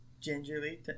gingerly